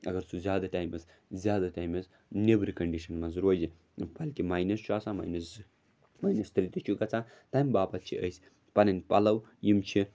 اَگَر سُہ زیادٕ ٹایمَس زیادٕ ٹایمَس نیٚبرٕ کٔنڈِشَن منٛز روزِ بلکہِ ماینَس چھُ آسان ماینَس زٕ ماینَس ترٛےٚ تہِ چھُ گژھان تَمہِ باپَتھ چھِ أسۍ پَنٕنۍ پَلَو یِم چھِ